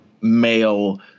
male